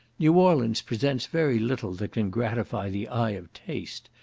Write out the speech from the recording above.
new orleans presents very little that can gratify the eye of taste,